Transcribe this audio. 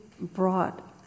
brought